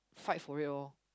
fight for it orh